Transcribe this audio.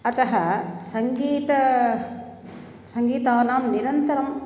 अतः सङ्गीतस्य सङ्गीतस्य निरन्तरम्